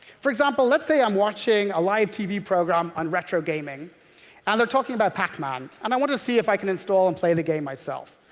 for example, let's say i'm watching a live tv program on retro gaming and they're talking about pacman and i want to see if i can install and play the game myself.